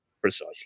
precisely